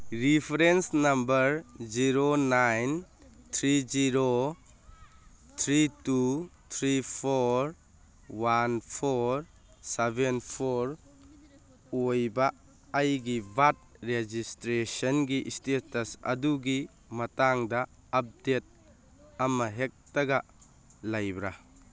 reference number zero nine three zero three two three four one four seven four ꯑꯣꯏꯕ ꯑꯩꯒꯤ birth ꯔꯦꯖꯤꯁꯇ꯭ꯔꯦꯁꯟꯒꯤ status ꯑꯗꯨꯒꯤ ꯃꯇꯥꯡꯗ update ꯑꯃ ꯍꯦꯛꯇꯒ ꯂꯩꯕ꯭ꯔ